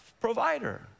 provider